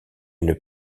une